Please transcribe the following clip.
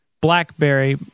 BlackBerry